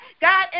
God